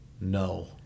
No